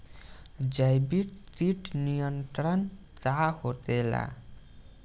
जैविक कीट नियंत्रण का होखेला?